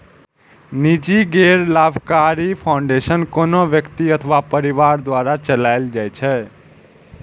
निजी गैर लाभकारी फाउंडेशन कोनो व्यक्ति अथवा परिवार द्वारा चलाएल जाइ छै